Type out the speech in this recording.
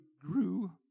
grew